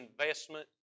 investment